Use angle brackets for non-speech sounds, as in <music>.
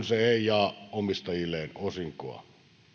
<unintelligible> se ei jaa omistajilleen osinkoa